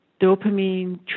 dopamine